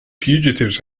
fugitives